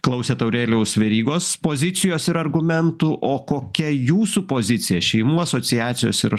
klausėt aurelijaus verygos pozicijos ir argumentų o kokia jūsų pozicija šeimų asociacijos ir